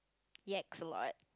yaks a lot